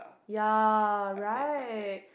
ya right